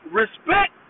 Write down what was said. respect